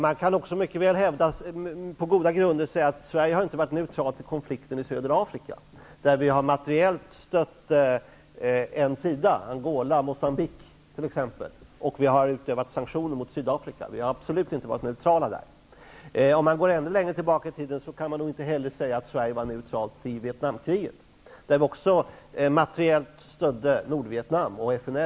Man kan också på goda grunder hävda att Sverige inte har varit neutralt i konflikten i södra Afrika, där vi materiellt stött en sida, Angola och Moçambique. Vi har utövat sanktioner mot Sydafrika och har alltså absolut inte varit neutrala i den konflikten. För att gå ännu längre tillbaka i tiden kan man nog inte heller säga att Sverige var neutralt i Vietnamkriget, där vi materiellt stödde Nordvietnam och FNL.